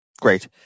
Great